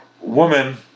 woman